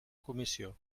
comissió